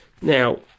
now